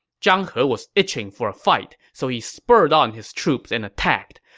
zhang he was itching for a fight, so he spurred on his troops and attacked.